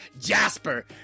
Jasper